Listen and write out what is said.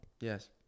Yes